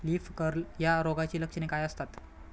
Leaf curl या रोगाची लक्षणे काय असतात?